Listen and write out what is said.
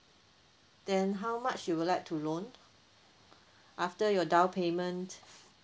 then how much you would like to loan after your down payment